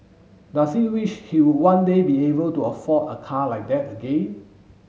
does he wish she would one day be able to afford a car like that again